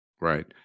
right